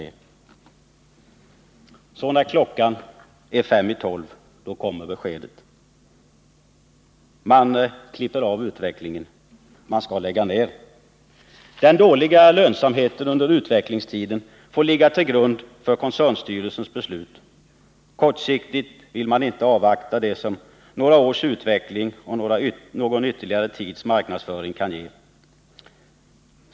Så, när klockan är fem i tolv, kommer beskedet: Man klipper av utvecklingen, man skall lägga ner. Den dåliga lönsamheten under utvecklingstiden får ligga till grund för koncernstyrelsens beslut. Kortsiktigt vill man inte avvakta det som några års utveckling och någon tids ytterligare marknadsföring kunde ge.